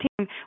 team